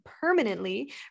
permanently